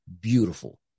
beautiful